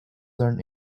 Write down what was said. learned